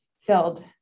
filled